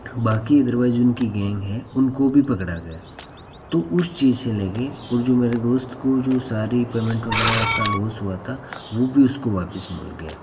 बाकी अदरवाइज़ उनकी गैंग है उनको भी पकड़ा गया तो उस चीज से लेके और जो मेरे दोस्त को जो सारी पेमेंट वग़ैरह का लोस हुआ था वो भी उसको वापस मिल गया